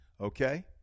Okay